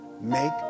Make